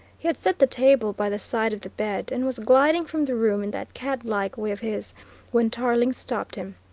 he had set the table by the side of the bed, and was gliding from the room in that cat-like way of his when tarling stopped him.